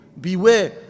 beware